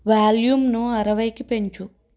వాల్యూమ్ను అరవైకి పెంచు